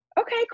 Okay